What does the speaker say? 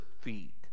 feet